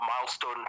milestone